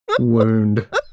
wound